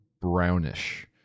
brownish